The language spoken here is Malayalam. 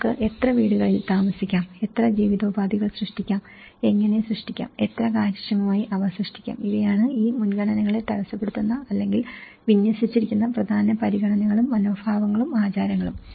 നമുക്ക് എത്ര വീടുകളിൽ താമസിക്കാം എത്ര ജീവനോപാധികൾ സൃഷ്ടിക്കാം എങ്ങനെ സൃഷ്ടിക്കാം എത്ര കാര്യക്ഷമമായി അവ സൃഷ്ടിക്കാം ഇവയാണ് ഈ മുൻഗണനകളെ തടസ്സപ്പെടുത്തുന്ന അല്ലെങ്കിൽ വിന്യസിച്ചിരിക്കുന്ന പ്രധാന പരിഗണനകളും മനോഭാവങ്ങളും ആചാരങ്ങളും